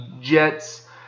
Jets